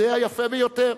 זו היפה ביותר.